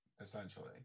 essentially